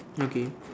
okay